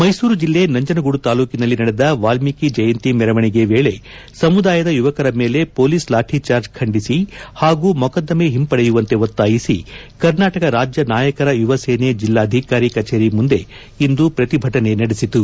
ಮೈಸೂರು ಜಿಲ್ಲೆ ನಂಜನಗೂಡು ತಾಲ್ಲೂಕಿನಲ್ಲಿ ನಡೆದ ವಾಲ್ಮೀಕಿ ಜಯಂತಿ ಮೆರವಣಿಗೆ ವೇಳೆ ಸಮುದಾಯದ ಯುವಕರ ಮೇಲೆ ಮೊಲೀಸ್ ಲಾಠಿ ಜಾರ್ಜ್ ಖಂಡಿಸಿ ಹಾಗೂ ಮೊಕದ್ದಮೆ ಹಿಂಪಡೆಯುವಂತೆ ಒತ್ತಾಯಿಸಿ ಕರ್ನಾಟಕ ರಾಜ್ಯ ನಾಯಕರ ಯುವಸೇನೆ ಜಿಲ್ಲಾಧಿಕಾರಿ ಕಚೇರಿ ಮುಂದೆ ಇಂದು ಪ್ರತಿಭಟನೆ ನಡೆಸಿತು